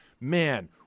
man